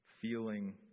feeling